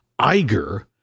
Iger